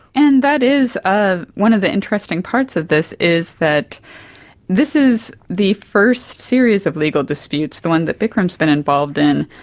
and that is one of the interesting parts of this, is that this is the first series of legal disputes, the one that bikram has been involved in,